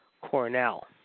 Cornell